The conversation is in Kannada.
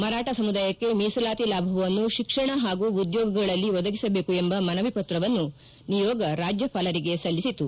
ಮರಾಠ ಸಮುದಾಯಕ್ಕೆ ಮೀಸಲಾತಿ ಲಾಭವನ್ನು ಶಿಕ್ಷಣ ಹಾಗೂ ಉದ್ದೋಗಗಳಲ್ಲಿ ಒದಗಿಸಬೇಕು ಎಂಬ ಮನವಿ ಪತ್ರವನ್ನು ನಿಯೋಗ ರಾಜ್ಯಪಾಲರಿಗೆ ಸಲ್ಲಿಸಿತು